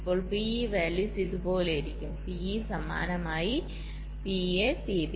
ഇപ്പോൾ PE values ഇതുപോലെയായിരിക്കും PE സമാനമായി PA PB 0